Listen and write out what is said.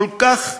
כל כך פשוט,